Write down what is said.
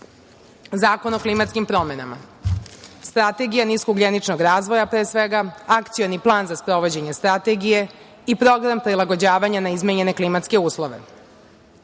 Zakon o klimatskim promenama, Strategija niskougljeničnog razvoja pre svega, Akcioni plan za sprovođenje strategije i Program prilagođavanja na izmenjene klimatske uslove.